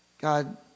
God